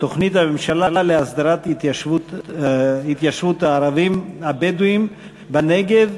תוכנית הממשלה להסדרת התיישבות הערבים הבדואים בנגב.